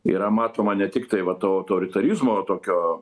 yra matoma ne tiktai va to autoritarizmo tokio